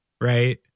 right